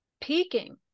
peaking